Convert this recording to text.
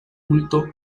culto